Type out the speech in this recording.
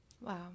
Wow